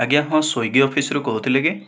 ଆଜ୍ଞା ହଁ Swiggy office ରୁ କହୁଥିଲେ କି